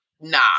nah